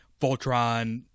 Voltron